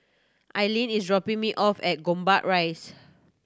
Ilene is dropping me off at Gombak Rise